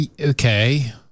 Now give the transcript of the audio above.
Okay